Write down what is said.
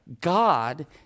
God